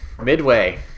Midway